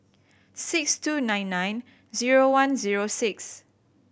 six two nine nine zero one zero six